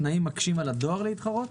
התנאים מקשים על הדואר להתחרות?